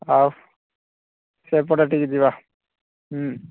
ଆଉ ସେପଟେ ଟିକେ ଯିବା ହୁଁ